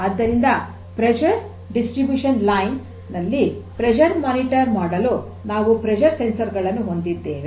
ಆದ್ದರಿಂದ pressure distribution line ನಲ್ಲಿ ಒತ್ತಡ ಮೇಲ್ವಿಚಾರಣೆ ಮಾಡಲು ನಾವು ಒತ್ತಡ ಸಂವೇದಕಗಳನ್ನು ಹೊಂದಿದ್ದೇವೆ